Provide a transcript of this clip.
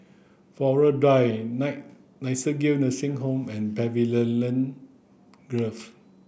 Flora Drive Night Nightingale Nursing Home and Pavilion Grove